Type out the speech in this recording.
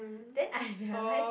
then I realised